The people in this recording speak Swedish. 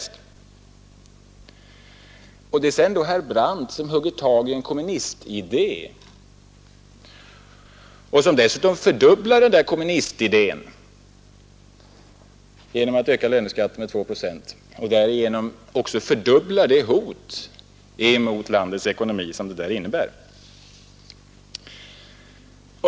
Det är denne herr Brandt som strax efteråt hugger tag i en kommunistidé och som dessutom fördubblar den genom att öka löneskatten med 2 procent. Därigenom fördubblar han också det hot mot landets ekonomi som förslaget innebär.